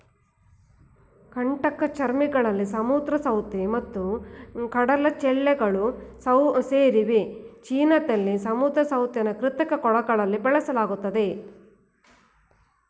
ಕಂಟಕಚರ್ಮಿಗಳಲ್ಲಿ ಸಮುದ್ರ ಸೌತೆ ಮತ್ತು ಕಡಲಚಿಳ್ಳೆಗಳು ಸೇರಿವೆ ಚೀನಾದಲ್ಲಿ ಸಮುದ್ರ ಸೌತೆನ ಕೃತಕ ಕೊಳದಲ್ಲಿ ಬೆಳೆಸಲಾಗ್ತದೆ